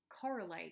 correlate